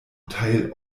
teil